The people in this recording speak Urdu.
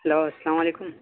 ہیلو السلام علیکم